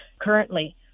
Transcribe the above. currently